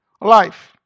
life